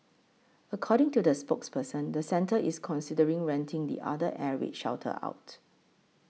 according to the spokesperson the centre is considering renting the other air raid shelter out